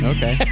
Okay